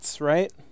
right